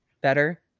better